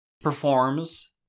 performs